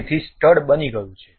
તેથી સ્ટડ બની ગયું છે